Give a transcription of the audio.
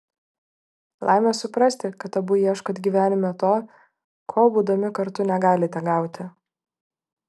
laimė suprasti kad abu ieškot gyvenime to ko būdami kartu negalite gauti